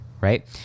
right